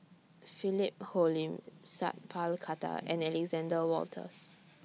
Philip Hoalim Sat Pal Khattar and Alexander Wolters